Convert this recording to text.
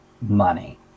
money